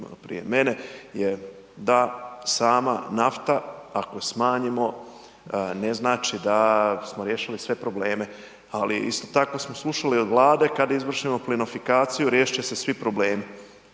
prije mene je, da sama nafta ako smanjimo, ne znači da smo riješili sve probleme, ali isto tako smo slušali i od Vlade kad je izvršimo plinofikaciju riješit će se svi problemi.